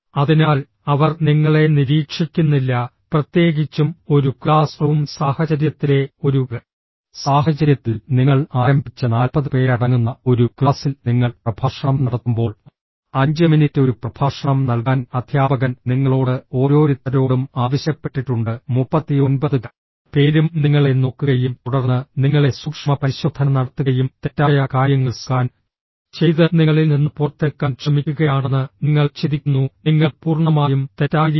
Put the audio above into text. അതിനാൽ അവർ നിങ്ങളെ നിരീക്ഷിക്കുന്നില്ല പ്രത്യേകിച്ചും ഒരു ക്ലാസ്റൂം സാഹചര്യത്തിലെ ഒരു സാഹചര്യത്തിൽ നിങ്ങൾ ആരംഭിച്ച 40 പേരടങ്ങുന്ന ഒരു ക്ലാസ്സിൽ നിങ്ങൾ പ്രഭാഷണം നടത്തുമ്പോൾ 5 മിനിറ്റ് ഒരു പ്രഭാഷണം നൽകാൻ അധ്യാപകൻ നിങ്ങളോട് ഓരോരുത്തരോടും ആവശ്യപ്പെട്ടിട്ടുണ്ട് 39 പേരും നിങ്ങളെ നോക്കുകയും തുടർന്ന് നിങ്ങളെ സൂക്ഷ്മപരിശോധന നടത്തുകയും തെറ്റായ കാര്യങ്ങൾ സ്കാൻ ചെയ്ത് നിങ്ങളിൽ നിന്ന് പുറത്തെടുക്കാൻ ശ്രമിക്കുകയാണെന്ന് നിങ്ങൾ ചിന്തിക്കുന്നു നിങ്ങൾ പൂർണ്ണമായും തെറ്റായിരിക്കണം